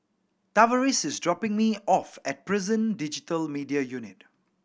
Tavaris is dropping me off at Prison Digital Media Unit